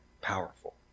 Powerful